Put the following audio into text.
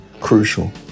crucial